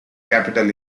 capital